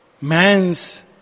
Man's